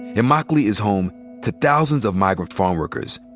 immokalee is home to thousands of migrant farmworkers.